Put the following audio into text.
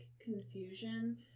confusion